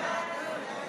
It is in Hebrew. הצעת ועדת